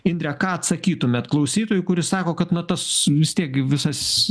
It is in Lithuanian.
indre ką atsakytumėt klausytojui kuris sako kad na tas vis tiek visas